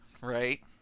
right